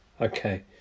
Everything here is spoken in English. Okay